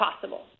possible